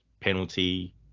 penalty